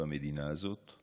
במדינה הזאת,